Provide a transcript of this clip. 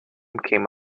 came